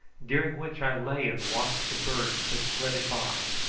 during which i lay and watched the birds that flitted by,